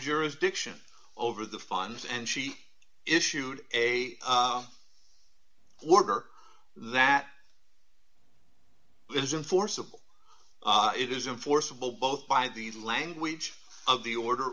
jurisdiction over the funds and she issued a order that isn't forcible it isn't forcible both by the language of the order